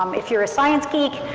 um if you're a science geek,